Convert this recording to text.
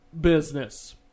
business